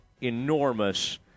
enormous